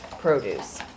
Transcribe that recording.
produce